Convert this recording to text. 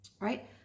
right